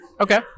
Okay